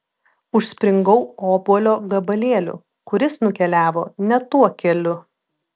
užspringau obuolio gabalėliu kuris nukeliavo ne tuo keliu